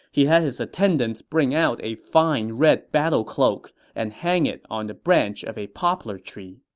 he had his attendants bring out a fine red battle cloak and hang it on the branch of a poplar tree.